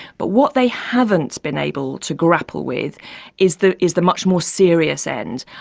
but what they haven't been able to grapple with is the is the much more serious end,